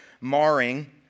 marring